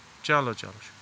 چلو چلو شُک